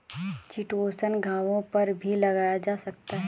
chitosan घावों पर भी लगाया जा सकता है